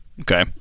okay